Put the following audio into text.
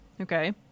okay